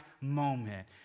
moment